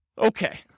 Okay